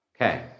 okay